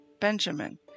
Benjamin